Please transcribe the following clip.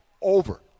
Over